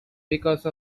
because